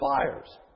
fires